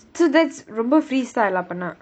so that's ரொம்ப:romba freestyle அப்படின்னா:appadinnaa